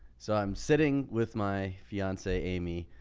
so i'm sitting with my fiance, amy,